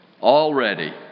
already